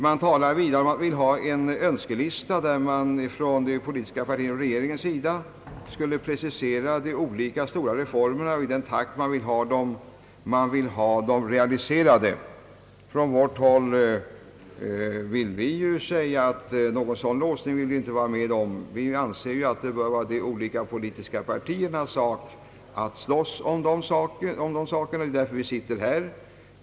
Man vill vidare ha en önskelista, där regeringen skulle precisera de olika reformerna och den takt i vilken man vill ha dem realiserade. Vi vill inte vara med om någon sådan låsning. Vi anser att det bör vara de olika partiernas sak att slåss om dessa frågor — det är därför vi sitter här.